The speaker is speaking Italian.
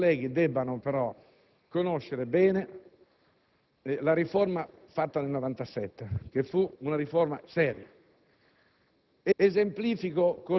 Credo che i colleghi dovrebbero conoscere bene la riforma del 1997, che fu una riforma seria.